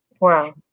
Wow